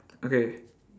okay